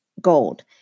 gold